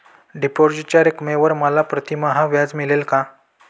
डिपॉझिटच्या रकमेवर मला प्रतिमहिना व्याज मिळेल का?